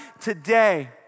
today